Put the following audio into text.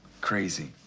crazy